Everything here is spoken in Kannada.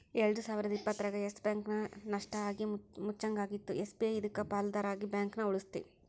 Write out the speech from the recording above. ಎಲ್ಡು ಸಾವಿರದ ಇಪ್ಪತ್ತರಾಗ ಯಸ್ ಬ್ಯಾಂಕ್ ನಷ್ಟ ಆಗಿ ಮುಚ್ಚಂಗಾಗಿತ್ತು ಎಸ್.ಬಿ.ಐ ಇದಕ್ಕ ಪಾಲುದಾರ ಆಗಿ ಬ್ಯಾಂಕನ ಉಳಿಸ್ತಿ